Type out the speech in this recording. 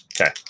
Okay